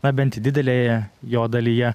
na bent didelėje jo dalyje